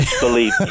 Believe